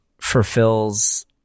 fulfills